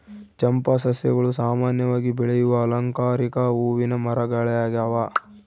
ಚಂಪಾ ಸಸ್ಯಗಳು ಸಾಮಾನ್ಯವಾಗಿ ಬೆಳೆಯುವ ಅಲಂಕಾರಿಕ ಹೂವಿನ ಮರಗಳಾಗ್ಯವ